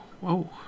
Whoa